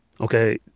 okay